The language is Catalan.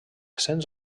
cents